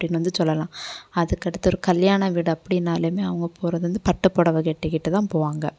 அப்படின்னு வந்து சொல்லலாம் அதுக்கு அடுத்து ஒரு கல்யாணம் வீடு அப்படின்னாலுமே அவங்க போகிறது வந்து பட்டுப்புடவ கட்டிக்கிட்டு தான் போவாங்க